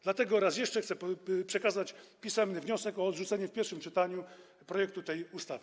Dlatego raz jeszcze chcę przekazać pisemny wniosek o odrzucenie w pierwszym czytaniu projektu tej ustawy.